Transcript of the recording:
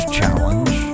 challenge